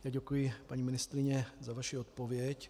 Děkuji, paní ministryně, za vaši odpověď.